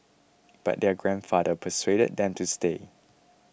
but their grandfather persuaded them to stay